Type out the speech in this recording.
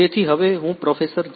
તેથી હવે હું પ્રોફેસર જે